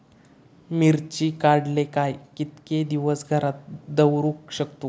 मिर्ची काडले काय कीतके दिवस घरात दवरुक शकतू?